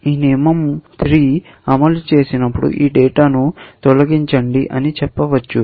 ఈ నియమం 3 అమలు చేసినప్పుడు ఈ డేటాను తొలగించండి అని చెప్పవచ్చు